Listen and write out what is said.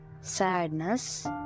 sadness